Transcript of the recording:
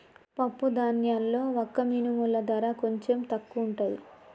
పప్పు ధాన్యాల్లో వక్క మినుముల ధర కొంచెం తక్కువుంటది